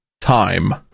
time